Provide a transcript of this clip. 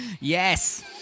yes